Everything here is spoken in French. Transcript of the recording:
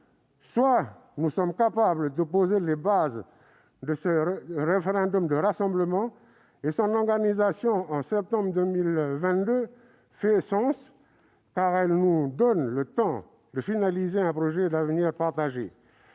Soit nous sommes capables de poser les bases de ce référendum de rassemblement et son organisation en septembre 2022 fait sens, car elle nous donne le temps de finaliser un projet d'avenir partagé,